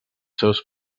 seus